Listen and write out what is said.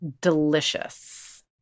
Delicious